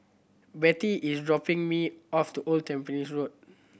Betty is dropping me off to Old Tampines Road